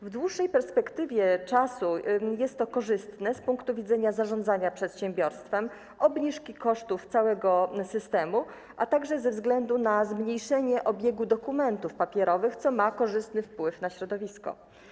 W dłuższej perspektywie czasu jest to korzystne z punktu widzenia zarządzania przedsiębiorstwem, obniżki kosztów całego systemu, a także ze względu na zmniejszenie obiegu dokumentów papierowych, co ma korzystny wpływ na środowisko.